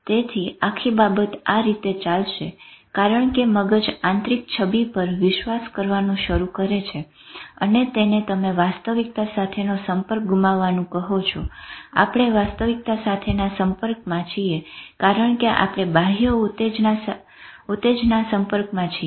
તેથી આખી બાબત આ રીતે ચાલશે કારણ કે મગજ આંતરિક છબી પર વિશ્વાસ કરવાનું શરુ કરે છે અને તેને તમે વાસ્તવિકતા સાથેનો સંપર્ક ગુમાવવાનું કહો છો આપણે વાસ્તવિકતા સાથે ના સંપર્કમાં છીએ કારણ કે આપણે બાહ્ય ઉતેજ્કોના સંપર્કમાં છીએ